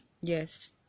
yes